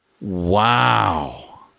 Wow